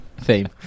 theme